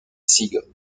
siegel